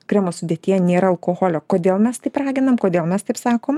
kremo sudėtyje nėra alkoholio kodėl mes taip raginam kodėl mes taip sakom